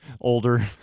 older